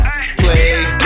play